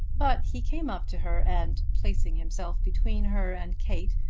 but he came up to her, and placing himself between her and kate,